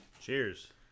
Cheers